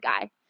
guy